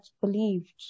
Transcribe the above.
believed